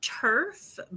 turf